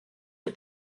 are